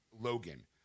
Logan